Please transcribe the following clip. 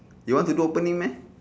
you want to do opening meh